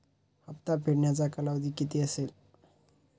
हप्ता फेडण्याचा कालावधी किती असेल?